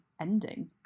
ending